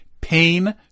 pain